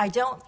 i don't